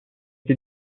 des